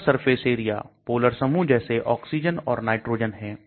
polar surface area polar समूह जैसे oxygen और नाइट्रोजन है